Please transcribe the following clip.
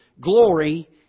Glory